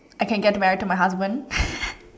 I can get married to my husband